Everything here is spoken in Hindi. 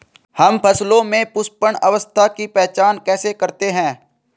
हम फसलों में पुष्पन अवस्था की पहचान कैसे करते हैं?